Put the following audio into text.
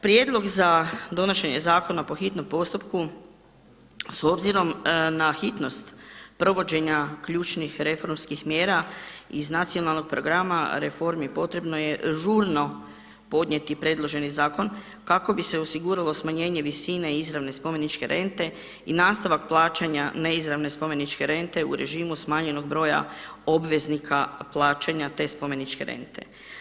Prijedlog za donošenje zakona po hitnom postupku s obzirom na hitnost provođenja ključnih reformskih mjera iz Nacionalnog programa reformi potrebno je žurno podnijeti predloženi zakon kako bi se osiguralo smanjenje visine izravne spomeničke rente i nastavak plaćanja neizravne spomeničke rente u režimu smanjenog broja obveznika plaćanja te spomeničke rente.